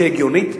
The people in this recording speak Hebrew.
שהיא הגיונית,